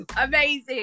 Amazing